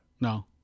No